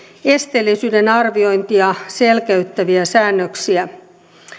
esteellisyyden arviointia selkeyttäviä säännöksiä